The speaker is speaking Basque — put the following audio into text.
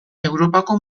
europako